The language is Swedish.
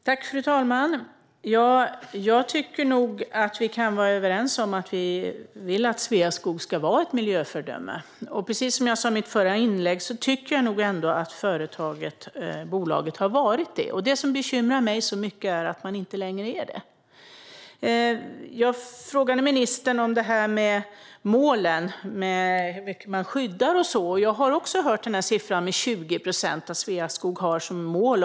Fru talman! Jag tycker nog att vi kan vara överens om att vi vill att Sveaskog ska vara ett miljöföredöme. Som jag sa i mitt förra inlägg tycker jag ändå att bolaget har varit det. Det som bekymrar mig så mycket är att man inte längre är det. Jag frågade ministern om målen, hur mycket man skyddar och sådant. Jag har också hört siffran 20 procent, som Sveaskog har som mål.